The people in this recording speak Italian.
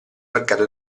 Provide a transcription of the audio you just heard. mercato